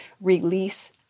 release